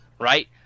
Right